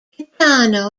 gaetano